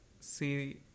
see